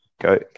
Go